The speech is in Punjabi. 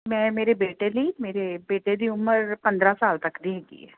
ਮੈਂ ਮੇਰੇ ਬੇਟੇ ਲਈ ਮੇਰੇ ਬੇਟੇ ਦੀ ਉਮਰ ਪੰਦਰਾਂ ਸਾਲ ਤੱਕ ਦੀ ਹੈਗੀ ਆ